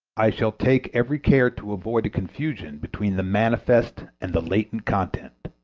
i shall take every care to avoid a confusion between the manifest and the latent content,